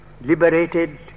liberated